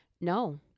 no